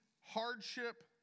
hardship